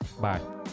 Bye